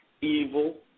evil